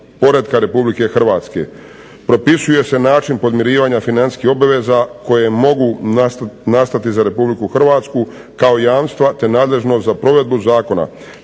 Hrvatske.